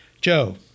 Joe